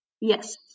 yes